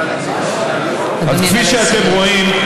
אדוני, נא לסיים.